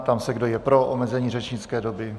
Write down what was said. Ptám se, kdo je pro omezení řečnické doby.